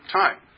time